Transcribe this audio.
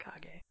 Kage